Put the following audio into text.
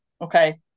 okay